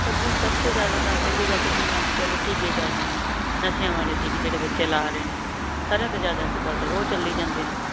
sir ji ਸਭ ਤੋਂ ਜ਼ਿਆਦਾ ਤਾਂ ਪਹਿਲੀ ਗੱਲ ਤਾਂ ਜਿਵੇਂ ਅੱਜ ਕੱਲ੍ਹ ਟੀਕੇ ਚੱਲ ਰਹੇ ਨੇ ਨਸ਼ਿਆਂ ਵਾਲੇ ਟੀਕੇ ਜਿਹੜੇ ਬੱਚੇ ਲਾ ਰਹੇ ਨੇ ਸਾਰਿਆਂ ਤੋਂ ਜ਼ਿਆਦਾ ਅੱਜ ਕੱਲ੍ਹ ਤਾਂ ਉਹ ਚੱਲੀ ਜਾਂਦੇ ਨੇ